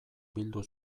bildu